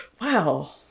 Wow